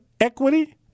equity